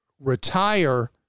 retire